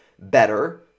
better